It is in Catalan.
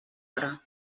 hora